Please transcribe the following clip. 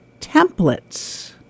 templates